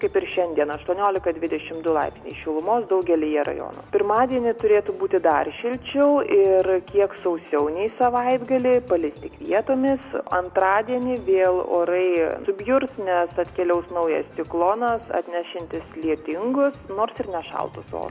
kaip ir šiandien aštuoniolika dvidešim du laipsniai šilumos daugelyje rajonų pirmadienį turėtų būti dar šilčiau ir kiek sausiau nei savaitgalį palis tik vietomis antradienį vėl orai subjurs nes atkeliaus naujas ciklonas atnešiantis lietingus nors ir nešaltus orus